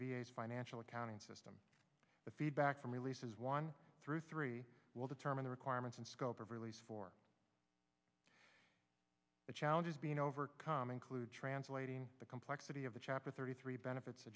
a s financial accounting system the feedback from releases one through three will determine the requirements and scope of relief for the challenges being overcome include translating the complexity of the chapter thirty three benefits